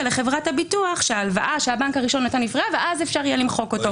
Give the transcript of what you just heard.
לחברת הביטוח שההלוואה שהבנק הראשון נתן נפרעה ואפשר למחוק אותו.